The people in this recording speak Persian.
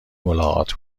ملاقات